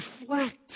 Reflect